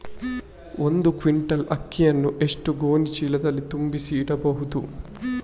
ಒಂದು ಕ್ವಿಂಟಾಲ್ ಅಕ್ಕಿಯನ್ನು ಎಷ್ಟು ಗೋಣಿಚೀಲದಲ್ಲಿ ತುಂಬಿಸಿ ಇಡಬಹುದು?